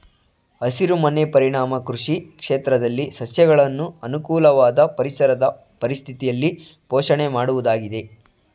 ಹಸಿರುಮನೆ ಪರಿಣಾಮ ಕೃಷಿ ಕ್ಷೇತ್ರದಲ್ಲಿ ಸಸ್ಯಗಳನ್ನು ಅನುಕೂಲವಾದ ಪರಿಸರದ ಪರಿಸ್ಥಿತಿಯಲ್ಲಿ ಪೋಷಣೆ ಮಾಡುವುದಾಗಿದೆ